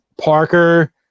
Parker